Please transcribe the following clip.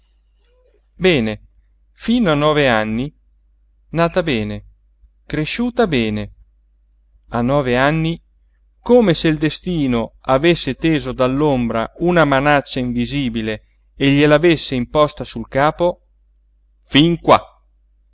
bene fino a nove anni nata bene cresciuta bene a nove anni come se il destino avesse teso dall'ombra una manaccia invisibile e gliel'avesse imposta sul capo fin qua